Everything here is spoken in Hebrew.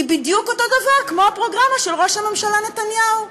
היא בדיוק אותו דבר כמו הפרוגרמה של ראש הממשלה נתניהו.